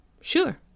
Sure